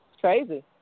crazy